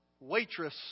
waitress